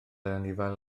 anifail